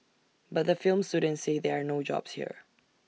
but the film students say there are no jobs here